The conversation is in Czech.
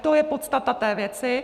To je podstata té věci.